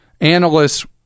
analysts